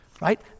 right